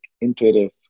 intuitive